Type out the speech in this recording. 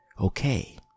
okay